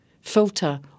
filter